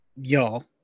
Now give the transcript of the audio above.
y'all